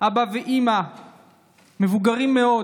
אבא ואימא מבוגרים מאוד